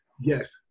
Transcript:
Yes